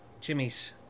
Jimmy's